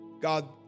God